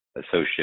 associate